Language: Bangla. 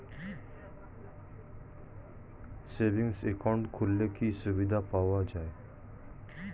সেভিংস একাউন্ট খুললে কি সুবিধা পাওয়া যায়?